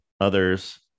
others